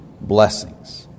blessings